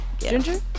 Ginger